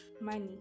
money